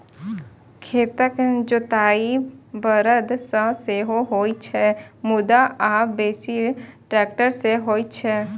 खेतक जोताइ बरद सं सेहो होइ छै, मुदा आब बेसी ट्रैक्टर सं होइ छै